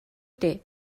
дээ